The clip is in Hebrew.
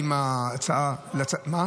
השבוע?